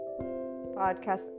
podcast